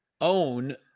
own